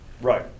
Right